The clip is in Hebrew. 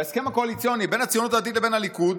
בהסכם הקואליציוני בין הציונות הדתית לבין הליכוד,